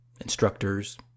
instructors